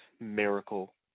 miracle